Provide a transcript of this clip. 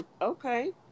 Okay